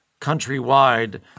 countrywide